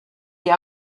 die